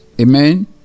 amen